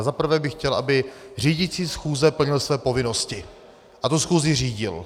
Ale za prvé bych chtěl, aby řídící schůze plnil své povinnosti a tu schůzi řídil.